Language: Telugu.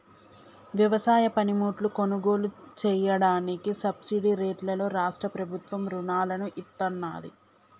వ్యవసాయ పనిముట్లు కొనుగోలు చెయ్యడానికి సబ్సిడీ రేట్లలో రాష్ట్ర ప్రభుత్వం రుణాలను ఇత్తన్నాది